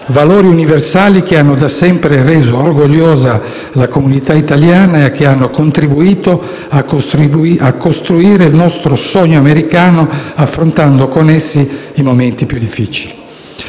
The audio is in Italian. Valori universali che hanno da sempre reso orgogliosa la comunità italiana e che hanno contribuito a costruire il nostro sogno americano affrontando con essi i momenti più difficili».